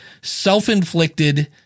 self-inflicted